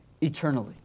eternally